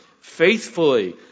faithfully